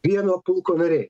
vieno pulko nariai